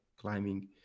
climbing